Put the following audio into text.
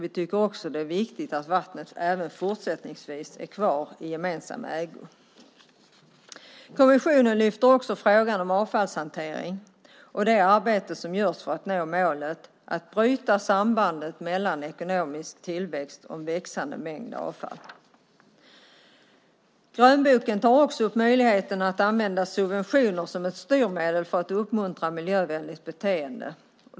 Vi tycker att det är viktigt att vattnet även fortsättningsvis är kvar i gemensam ägo. Kommissionen lyfter också upp frågan om avfallshantering och det arbete som görs för att nå målet att bryta sambandet mellan ekonomisk tillväxt och en växande mängd avfall. Vidare tar grönboken upp möjligheten att använda subventioner som ett styrmedel för att uppmuntra miljövänligt beteende.